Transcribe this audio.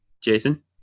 Jason